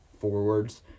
forwards